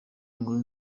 inkuru